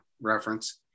reference